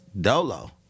Dolo